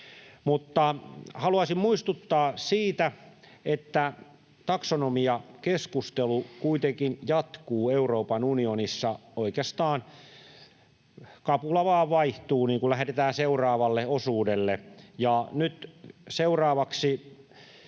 tuli. Haluaisin muistuttaa siitä, että taksonomiakeskustelu kuitenkin jatkuu Euroopan unionissa. Oikeastaan kapula vain vaihtuu, lähdetään seuraavalle osuudelle,